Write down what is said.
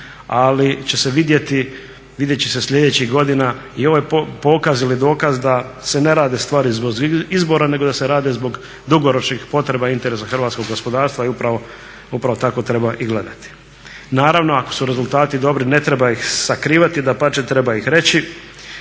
ali će se vidjeti, vidjeti će se sljedećih godina. I ovo je pokaz ili dokaz da se ne rade stvari zbog izbora nego da se rade zbog dugoročnih potreba interesa hrvatskog gospodarstva i upravo tako treba i gledati. Naravno ako su rezultati dobri, ne treba ih sakrivati, dapače treba ih reći